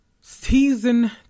season